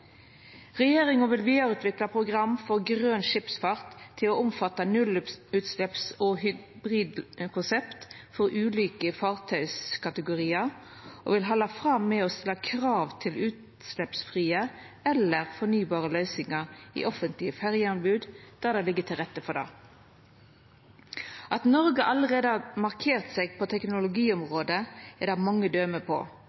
Regjeringa vil vidareutvikla program for grøn skipsfart til å omfatta nullutslepps- og hybridkonsept for ulike fartøyskategoriar og vil halde fram med å stilla krav til utsleppsfrie eller fornybare løysingar i offentlege ferjeanbod, der det ligg til rette for det. At Noreg allereie har markert seg på teknologiområdet, er det mange døme på